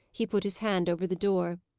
he put his hand over the door.